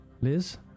Liz